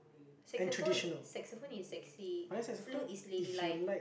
Saxophone Saxophone is sexy flute is ladylike